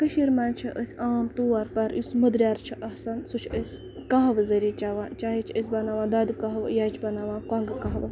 کٔشیٖر منٛز چھِ أسۍ عام طور پَر یُس مٔدریر چھُ آسان سُہ چھُ أسۍ کَہوٕ ذریعہِ چیوان چاہے چھِ أسۍ بَناوان دۄدٕ کَہوٕ یا چھِ بَناوان کۄنگہٕ کَہوٕ